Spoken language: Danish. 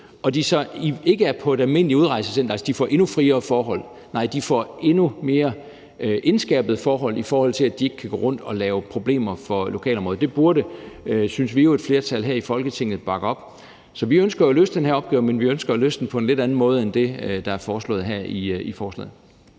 så de ikke er på et almindeligt udrejsecenter, sådan at de får endnu friere forhold, men hvor de får endnu mere indskærpede forhold, i forhold til at de ikke kan gå rundt og lave problemer for lokalområdet? Det burde, synes vi jo, et flertal her i Folketinget bakke op om. Så vi ønsker at løse den her opgave, men vi ønsker at løse den på en lidt anden måde end den, der er foreslået her i forslaget.